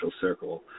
circle